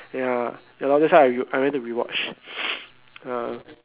ya ya lor that's why I re~ I went to rewatch ya